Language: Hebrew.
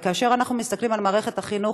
וכאשר אנחנו מסתכלים על מערכת החינוך,